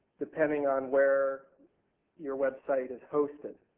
depending on where your website is hosted.